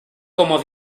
como